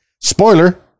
spoiler